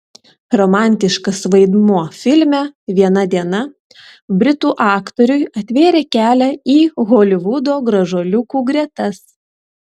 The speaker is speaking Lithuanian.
romantiškas vaidmuo filme viena diena britų aktoriui atvėrė kelią į holivudo gražuoliukų gretas